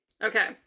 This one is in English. Okay